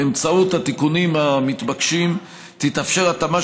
באמצעות התיקונים המתבקשים תתאפשר התאמה